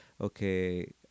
okay